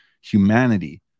humanity